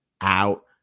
out